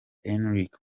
enrique